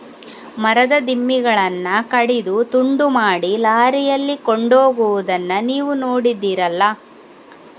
ಮರದ ದಿಮ್ಮಿಗಳನ್ನ ಕಡಿದು ತುಂಡು ಮಾಡಿ ಲಾರಿಯಲ್ಲಿ ಕೊಂಡೋಗುದನ್ನ ನೀವು ನೋಡಿದ್ದೀರಲ್ಲ